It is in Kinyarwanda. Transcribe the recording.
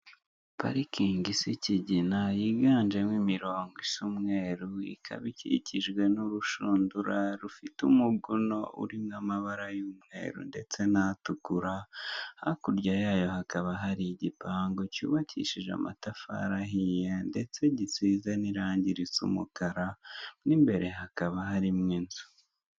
Parikingi isa ikigina, yiganjemo imirongo isa umweru, ikaba ikikijwe n'urushundura rufite umuguno urimo amabara y'umweru ndetse n'atukura, hakurya yayo hakaba hari igipangu cyubakishije amatafari ahiye ndetse gisize n'irangi risa umukara, mo mbere hakaba harimo inzu.